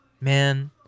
man